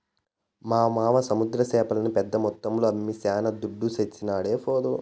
మా మావ సముద్ర చేపల్ని పెద్ద మొత్తంలో అమ్మి శానా దుడ్డు తెచ్చినాడీపొద్దు